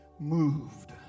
Moved